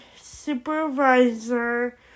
supervisor